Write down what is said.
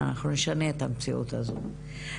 אנחנו נשנה את המציאות הזו.